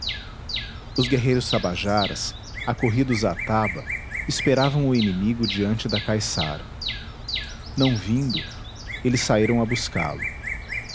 os guerreiros tabajaras acorridos à taba esperavam o inimigo diante da caiçara não vindo eles saíram a buscá-lo